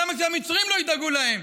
למה שהמצרים לא ידאגו להם?